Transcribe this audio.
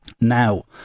now